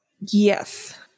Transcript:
Yes